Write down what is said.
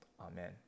Amen